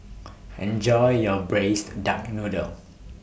Enjoy your Braised Duck Noodle